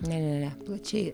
ne ne ne plačiai